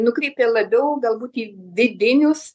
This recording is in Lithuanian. nukreipė labiau galbūt į vidinius